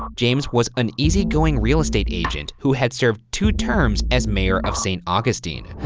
james was an easygoing real estate agent who had served two terms as mayor of st. augustine.